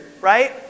right